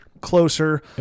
closer